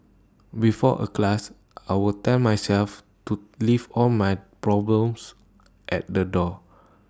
before A class I will tell myself to leave all my problems at the door